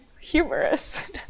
humorous